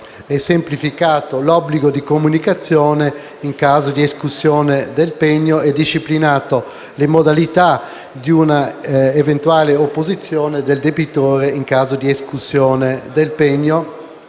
e semplificato l'obbligo di comunicazione in caso di escussione del pegno e disciplinato le modalità di una eventuale opposizione del debitore in caso di escussione del pegno